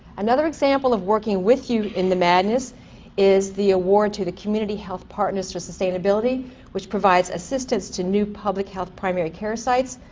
another example of working with you in the madness is the award to the community health partners for sustainability which provides assistance to new public health primary care sites,